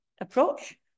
approach